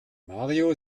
mario